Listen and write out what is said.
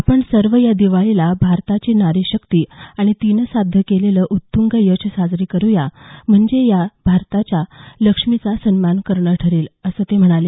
आपण सर्व या दिवाळीला भारताची नारी शक्ती आणि तिनं साध्य केलेलं उत्तंग यश साजरं करू या म्हणजे हे भारताच्या लक्ष्मीचा सन्मान करणं ठरेल असं ते म्हणाले